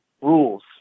rules